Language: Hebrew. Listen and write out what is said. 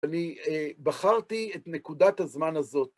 אני בחרתי את נקודת הזמן הזאת.